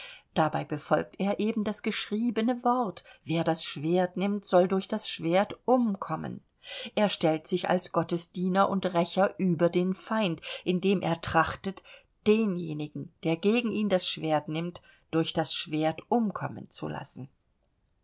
dabei befolgt er eben das geschriebene wort wer das schwert nimmt soll durch das schwert um kommen er stellt sich als gottes diener und rächer über den feind indem er trachtet denjenigen der gegen ihn das schwert nimmt durch das schwert umkommen zu lassen